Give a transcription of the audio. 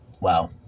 Wow